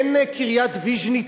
אין קריית-ויז'ניץ,